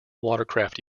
watercraft